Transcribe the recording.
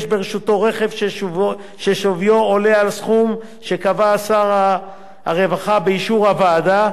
יש ברשותו רכב ששוויו עולה על סכום שקבע שר הרווחה באישור הוועדה,